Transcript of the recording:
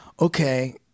okay